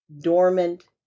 dormant